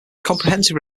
comprehensive